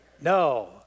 No